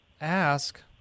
ask